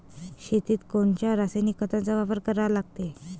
शेतीत कोनच्या रासायनिक खताचा वापर करा लागते?